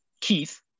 Keith